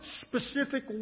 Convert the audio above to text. specific